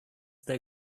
they